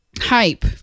Hype